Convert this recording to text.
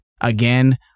again